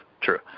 True